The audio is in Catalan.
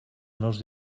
meus